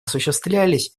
осуществлялись